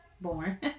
born